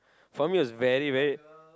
for me was very very